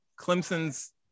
Clemson's